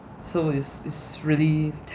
so it's it's really